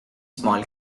small